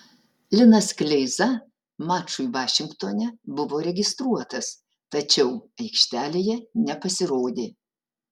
linas kleiza mačui vašingtone buvo registruotas tačiau aikštelėje nepasirodė